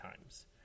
times